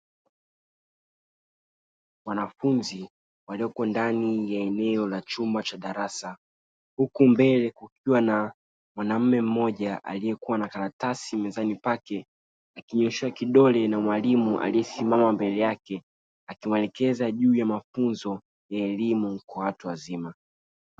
Wanafunzi walioko ndani ya eneo la chumba cha darasa huku mbele kukiwa na mwanamume mmoja aliyekuwa na karatasi mezani pake akinyoshea kidole na mwalimu aliyesimama mbele yake, akimwelekeza juu ya mafunzo ya elimu kwa watu wazima.